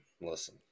listen